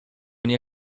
nie